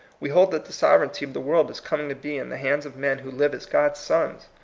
we hold that the sovereignty of the world is coming to be in the hands of men who live as god's sons.